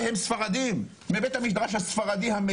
כן, חסרי דת, חסרי לאום.